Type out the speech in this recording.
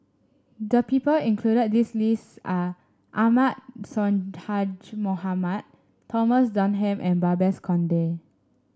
the people included at this list are Ahmad Sonhadji Mohamad Thomas Dunman and Babes Conde